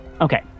Okay